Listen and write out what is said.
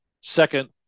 Second